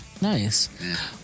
Nice